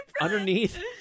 underneath